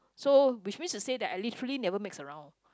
so which means to say that I literally never mix around